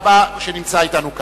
שנמצא אתנו כאן.